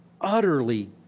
utterly